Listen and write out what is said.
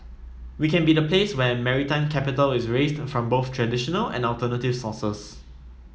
we can be the place where maritime capital is raised from both traditional and alternative sources